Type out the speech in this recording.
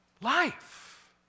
Life